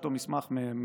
אותו מסמך מאוגוסט.